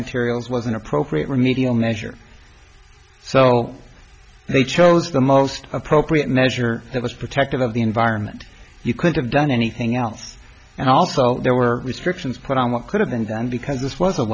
materials was an appropriate remedial measure so they chose the most appropriate measure that was protective of the environment you could have done anything else and also there were restrictions put on what could have been done because this was a